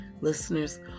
Listeners